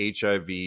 hiv